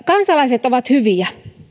kansalaiset ovat hyviä